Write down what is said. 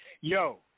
Yo